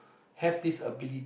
have this ability